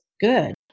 good